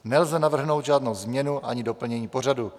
Nelze navrhnout žádnou změnu ani doplnění pořadu.